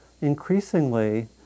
increasingly